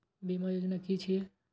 बीमा योजना कि छिऐ?